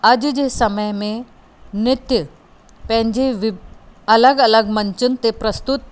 अॼ जे समय में नृत्य पंहिंजे वि अलॻि अलॻि मंचनि ते प्रस्तुत